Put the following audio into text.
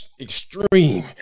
extreme